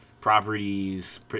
properties